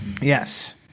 Yes